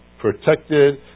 protected